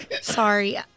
sorry